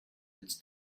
its